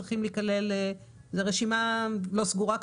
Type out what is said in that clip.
זאת רשימה לא סגורה,